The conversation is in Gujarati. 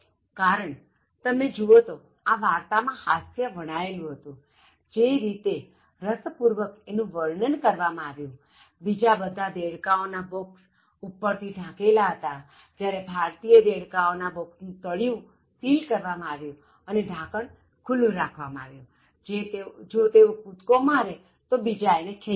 કારણ તમે જુઓ તો આ વાર્તા માં હાસ્ય વણાયેલું હતું જે રીતે રસપૂર્વક એનું વર્ણન કરવામાં આવ્યુ બીજા બધા દેડકાઓના બોક્સ ઉપરથી ઢાંકેલા હતા જ્યારે ભારતીય દેડકાઓના બોક્સનું તળિયું સિલ કરવામાં આવ્યું અને ઢાંકણ ખૂલ્લું રાખવામાં આવ્યુ જો તેઓ કૂદકો મારે તો બીજા એને ખેંચી લે